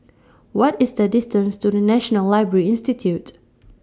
What IS The distance to The National Library Institute